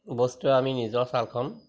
বস্তুৰে আমি নিজৰ ছালখন